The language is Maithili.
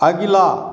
अगिला